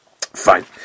Fine